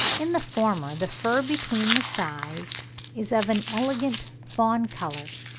in the former the fur between the thighs is of an elegant fawn-colour,